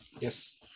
Yes